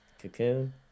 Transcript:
Cocoon